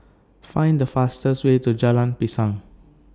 Find The fastest Way to Jalan Pisang